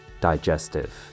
digestive